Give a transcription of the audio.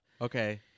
okay